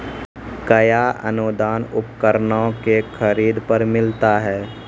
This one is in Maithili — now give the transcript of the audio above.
कया अनुदान उपकरणों के खरीद पर मिलता है?